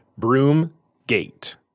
Broomgate